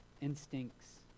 instincts